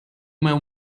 man